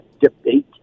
debate